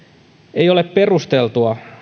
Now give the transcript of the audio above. ei ole perusteltua